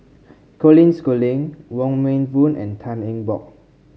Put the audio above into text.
Colin Schooling Wong Meng Voon and Tan Eng Bock